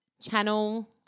channel